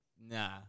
Nah